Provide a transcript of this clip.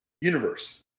universe